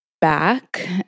back